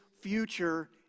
future